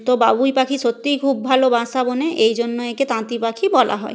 তো বাবুই পাখি সত্যিই খুব ভালো বাসা বোনে এই জন্য একে তাঁতি পাখি বলা হয়